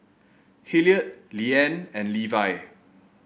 Hilliard Liane and Levy